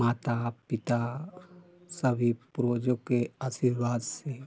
माता पिता सभी पूर्वजों के आशीर्वाद से